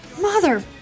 Mother